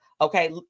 Okay